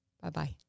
Bye-bye